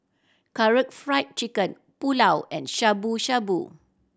Karaage Fried Chicken Pulao and Shabu Shabu